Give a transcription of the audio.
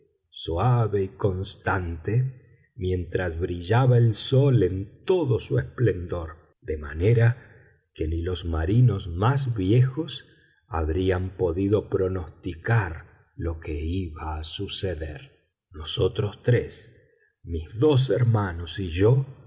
suave y constante mientras brillaba el sol en todo su esplendor de manera que ni los marinos más viejos habrían podido pronosticar lo que iba a suceder nosotros tres mis dos hermanos y yo